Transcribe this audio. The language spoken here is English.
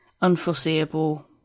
unforeseeable